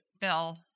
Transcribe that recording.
Bill